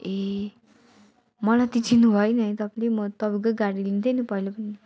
ए मलाई त चिन्नु भयो नि है तपाईँले म तपाईँकै गाडी लिन्थ्येँ नि पहिला पनि